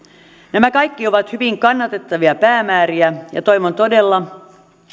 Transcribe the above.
nämä kaikki ovat hyvin kannatettavia päämääriä ja toivon todella